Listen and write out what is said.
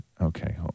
Okay